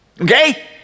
Okay